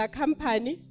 company